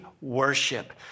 worship